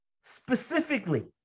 specifically